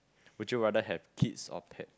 would you rather have kids or pet